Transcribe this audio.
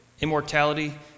Immortality